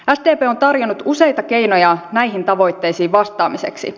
sdp on tarjonnut useita keinoja näihin tavoitteisiin vastaamiseksi